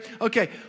Okay